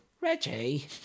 Reggie